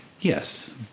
Yes